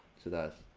so that's.